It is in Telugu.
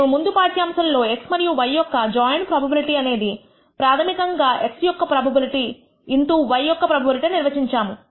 మేము ముందు పాఠ్యాంశంలో x మరియు y యొక్క జాయింట్ ప్రోబబిలిటీ అనేది ప్రాథమికంగా గా x యొక్క ప్రోబబిలిటీ ఇంటూ y యొక్క ప్రోబబిలిటీ అని నిర్వచించాము